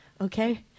Okay